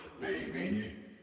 baby